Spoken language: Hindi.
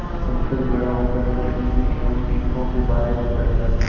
पंकज बड़ा होकर परजीवी एवं टीकों के बारे में पढ़ेगा